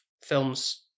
films